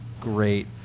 great